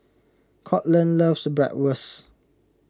Courtland loves Bratwurst